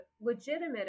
legitimate